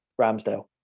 Ramsdale